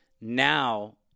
now